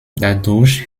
dadurch